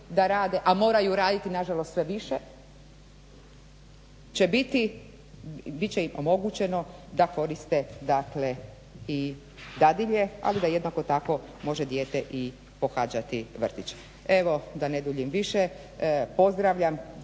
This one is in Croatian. a moraju raditi nažalost sve više će biti, bit će im omogućeno da koriste dakle i dadilje, ali da jednako tako može dijete i pohađati vrtić. Evo da ne duljim više. Pozdravljam